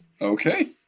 Okay